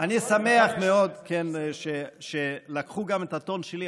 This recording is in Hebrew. אני שמח מאוד שלקחו גם את הטון שלי.